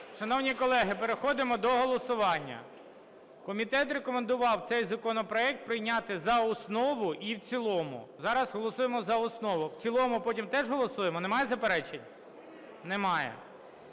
Шановні колеги, переходимо до голосування. Комітет рекомендував цей законопроект прийняти за основу і в цілому. Зараз голосуємо за основу. В цілому потім теж голосуємо, немає заперечень? Немає.